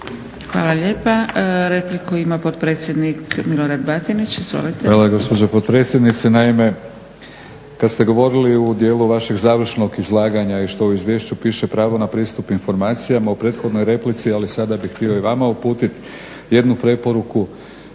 Hvala lijepa. Repliku ima potpredsjednik Milorad Batinić. Izvolite. **Batinić, Milorad (HNS)** Hvala gospođo potpredsjednice. Naime, kad ste govorili u dijelu vašeg završnog izlaganja i što u izvješću piše pravo na pristup informacijama u prethodnoj replici, ali sada bih htio i vama uputiti jednu preporuku